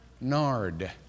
nard